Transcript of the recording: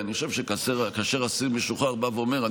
אני חושב שכאשר אסיר משוחרר בא ואומר: